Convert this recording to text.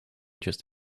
just